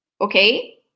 okay